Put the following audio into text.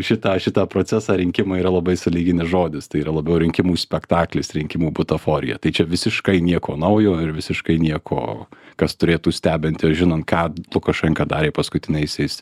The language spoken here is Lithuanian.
šitą šitą procesą rinkimai yra labai sąlyginis žodis tai yra labiau rinkimų spektaklis rinkimų butaforija tai čia visiškai nieko naujo ir visiškai nieko kas turėtų stebinti žinant ką lukašenka darė paskutiniaisiais